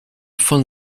von